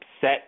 set